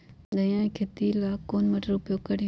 धनिया के खेती ला कौन मोटर उपयोग करी?